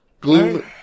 Gloom